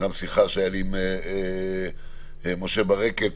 גם שיחה שהייתה לי עם משה ברקת,